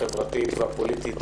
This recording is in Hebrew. החברתית והפוליטית